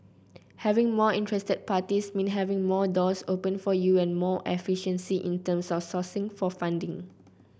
having more interested parties means having more doors open for you and more efficiency in terms of sourcing for funding